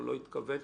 אבל זה לא כתוב.